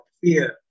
fear